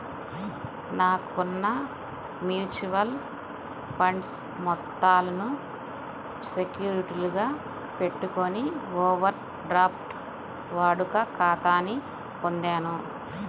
నాకున్న mutual funds మొత్తాలను సెక్యూరిటీలుగా పెట్టుకొని ఓవర్ డ్రాఫ్ట్ వాడుక ఖాతాని పొందాను